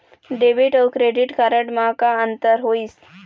Debit अऊ credit card म का अंतर होइस?